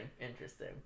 interesting